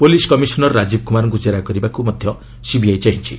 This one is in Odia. ପୁଲିସ୍ କମିଶନର ରାଜୀବ କୁମାରଙ୍କୁ ଜେରା କରିବାକୁ ମଧ୍ୟ ସିବିଆଇ ଚାହିଁଛି